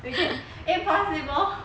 which is impossible